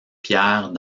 pierre